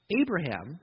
Abraham